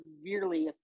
severely